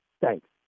Thanks